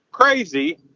Crazy